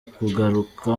kugaruka